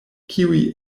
kiuj